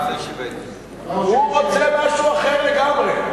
הוא רוצה משהו אחר לגמרי.